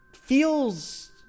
feels